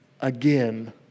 again